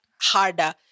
harder